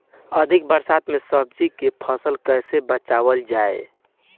अधिक बरसात में सब्जी के फसल कैसे बचावल जाय?